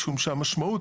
משום שהמשמעות,